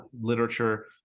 literature